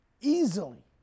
easily